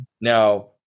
Now